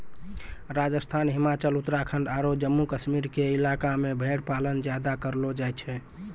राजस्थान, हिमाचल, उत्तराखंड आरो जम्मू कश्मीर के इलाका मॅ भेड़ पालन ज्यादा करलो जाय छै